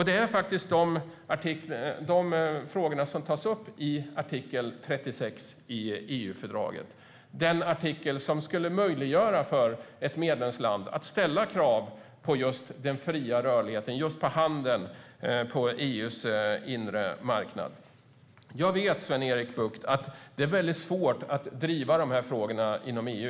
Det är faktiskt de frågorna som tas upp i artikel 36 i EU-fördraget. Det är den artikel som skulle möjliggöra för ett medlemsland att ställa krav på just den fria rörligheten, just på handeln på EU:s inre marknad. Jag vet, Sven-Erik Bucht, att det är svårt att driva de här frågorna.